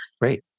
Great